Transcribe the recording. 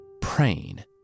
praying